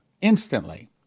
Instantly